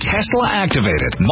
Tesla-activated